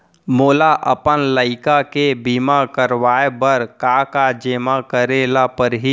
मोला अपन लइका के बीमा करवाए बर का का जेमा करे ल परही?